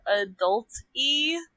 adult-y